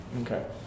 Okay